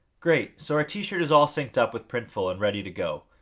great, so our t-shirt is all synced up with printful and ready to go.